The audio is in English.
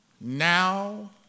now